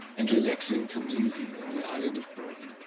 and relaxing comes easy on the island of broken,